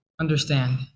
understand